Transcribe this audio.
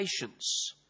patience